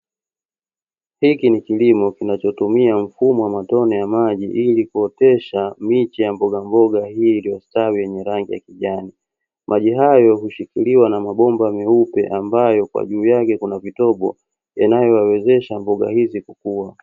Hiki ni kilimo kinachotumia mfumo wa matone ya maji ili kuotesha, miche ya mbogamboga iliyostawi yenye rangi nya kijani. Maji hayo hushikiliwa na mabomba meupe ambayo kwa juu yake kuna vitobo inayowezesha mboga hizi kukua.